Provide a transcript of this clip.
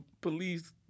police